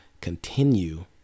continue